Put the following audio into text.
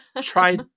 try